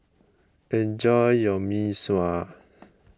enjoy your Mee Sua